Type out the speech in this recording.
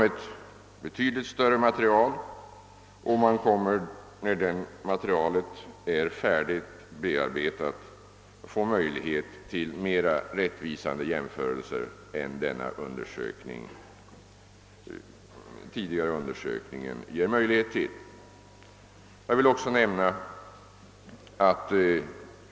Ett betydligt större material behandlas vid denna undersökning, och när det är färdigbearbetat kan mer rättvisande jämförelser göras än den av herr Hermansson nämnda undersökningen ger möjlighet till.